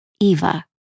Eva